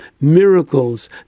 miracles